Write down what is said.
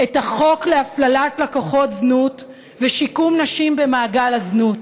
את החוק להפללת לקוחות זנות ושיקום נשים במעגל הזנות.